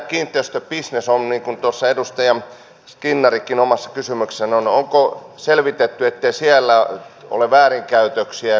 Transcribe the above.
niin kuin tuossa edustaja skinnarikin omassa kysymyksessään puhui tästä onko selvitetty ettei siellä ole väärinkäytöksiä